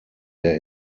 der